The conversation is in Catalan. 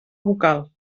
vocal